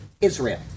Israel